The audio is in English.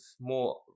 more